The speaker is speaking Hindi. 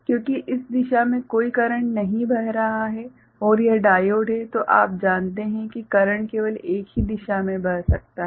क्योंकि इस दिशा से कोई करंट नहीं बह रहा है और यह डायोड है तो आप जानते हैं कि करंट केवल एक ही दिशा में बह सकता है